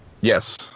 Yes